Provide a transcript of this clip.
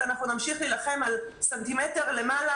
אנחנו נמשיך להילחם על סנטימטר למעלה,